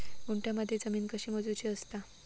गुंठयामध्ये जमीन कशी मोजूची असता?